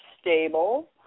stable